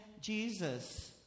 Jesus